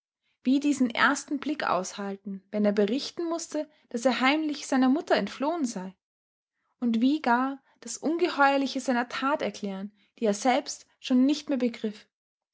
wie diesen ersten blick aushalten wenn er berichten mußte daß er heimlich seiner mutter entflohen sei und wie gar das ungeheuerliche seiner tat erklären die er selbst schon nicht mehr begriff